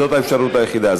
זאת האפשרות היחידה.